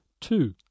two